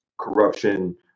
corruption